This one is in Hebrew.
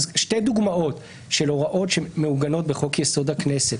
שתי דוגמאות של הוראות שמעוגנות בחוק-יסוד: הכנסת,